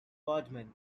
goodman